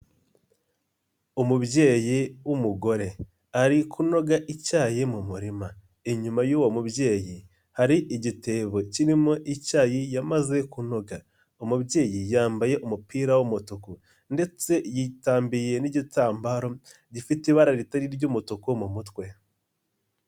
Umubyeyi w'umugore ari kunoga icyayi mu murima, inyuma y'uwo mubyeyi hari igitebo kirimo icyayi yamaze kunoga, umubyeyi yambaye umupira w'umutuku ndetse yitambiye n'igitambaro gifite ibara ritari iry'umutuku mu mutwe.